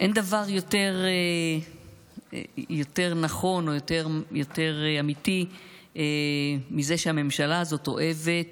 אין דבר יותר נכון או יותר אמיתי מזה שהממשלה הזאת אוהבת